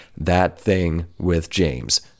thatthingwithjames